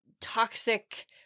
toxic